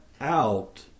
out